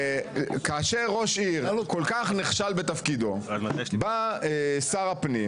כאשר ראש עיר כל כך נכשל בתפקידו בא שר הפנים,